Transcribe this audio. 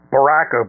Barack